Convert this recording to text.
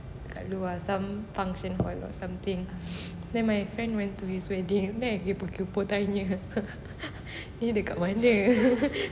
kat luar some function hall or something then my friend went to his wedding then I kaypoh kaypoh tanya dia kat mana